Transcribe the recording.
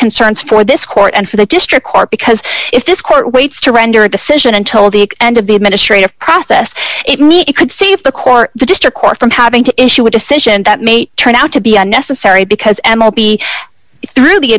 concerns for this court and for the district court because if this court waits to render a decision until the end of the administrative process it me it could save the court the district court from having to issue a decision that may turn out to be unnecessary because m o p through the